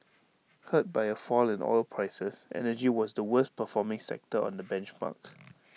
hurt by A fall in oil prices energy was the worst performing sector on the benchmark